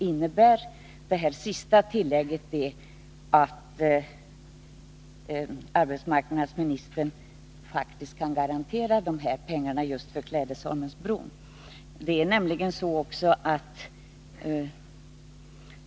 Innebär tillägget att arbetsmarknadsministern faktiskt kan garantera pengar för bron mellan Bockholmen och Klädesholmen?